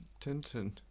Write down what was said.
Tintin